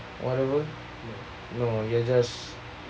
whatever no you're just